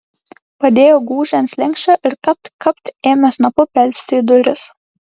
padėjo gūžį ant slenksčio ir kapt kapt ėmė snapu belsti į duris